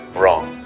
wrong